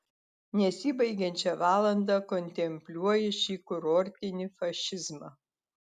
nesibaigiančią valandą kontempliuoji šį kurortinį fašizmą